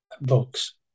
books